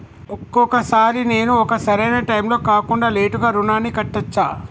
ఒక్కొక సారి నేను ఒక సరైనా టైంలో కాకుండా లేటుగా రుణాన్ని కట్టచ్చా?